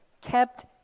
kept